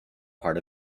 part